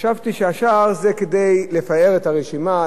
חשבתי שהשאר זה כדי לפאר את הרשימה,